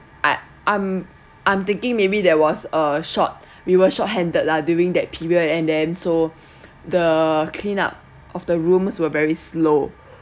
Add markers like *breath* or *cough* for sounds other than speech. I'm I'm I'm thinking maybe there was a short we were short-handed lah during that period and then so *breath* the clean up of the rooms were very slow